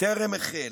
טרם החל.